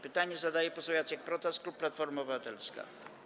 Pytanie zadaje poseł Jacek Protas, klub Platforma Obywatelska.